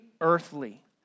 earthly